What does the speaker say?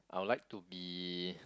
I would like to be